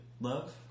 love